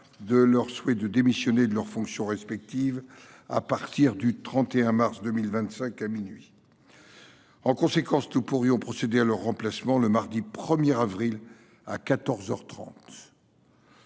de leur souhait de démissionner de leurs fonctions respectives à compter du 31 mars 2025 à minuit. En conséquence, nous pourrions procéder à leur remplacement mardi 1 avril à